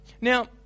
Now